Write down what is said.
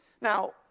Now